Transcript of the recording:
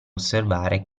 osservare